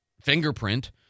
fingerprint